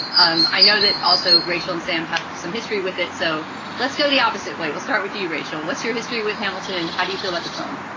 um i know that also rachel and sam have some history with it. so let's go the opposite way. we'll start with you, rachel. what's your history with hamilton and how do you feel about this film?